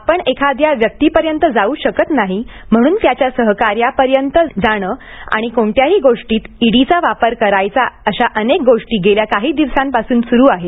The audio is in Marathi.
आपण एखाद्या व्यक्तीपर्यंत जाऊ शकत नाही म्हणून त्याच्या सहकाऱ्यापर्यंत जाणं आणि कोणत्याही गोष्टीत ईडीचा वापर करायचा अशा अनेक गोष्टी गेल्या काही दिवसांपासून सुरू आहेत